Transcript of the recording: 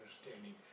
understanding